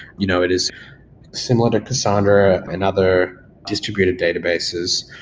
you know it is similar to cassandra and other distributed databases.